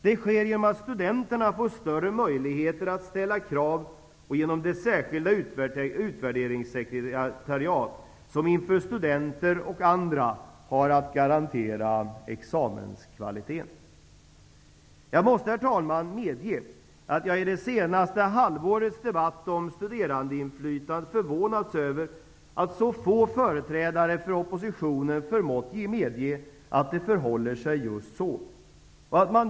Det sker genom att studenterna får större möjligheter att ställa krav och genom det särskilda utvärderingssekretariat som inför studenter och andra har att garantera examenskvaliteten. Herr talman! I det senaste halvårets debatt om studerandeinflytande har jag förvånat mig över att så få företrädare för oppositionen har förmått medge att det förhåller sig på det här sättet.